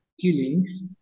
killings